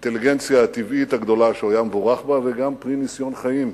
האינטליגנציה הטבעית הגדולה שהוא היה מבורך בה וגם פרי ניסיון חיים.